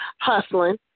hustling